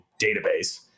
database